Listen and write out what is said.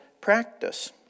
practice